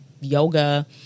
yoga